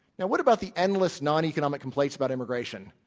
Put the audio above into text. now, what about the endless, noneconomic complaints about immigration?